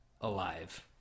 alive